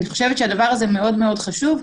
זה מאוד חשוב,